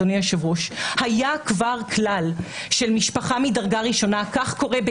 היה כבר כלל של משפחה מדרגה ראשונה כך קורה למשל